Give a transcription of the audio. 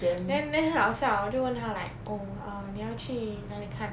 then then 很好笑我就问他 like oh 你要去哪里看